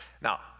Now